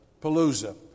Palooza